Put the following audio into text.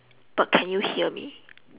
but can you hear me